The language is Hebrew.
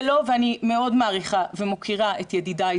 ואני מאוד מעריכה ומוקירה את ידידיי,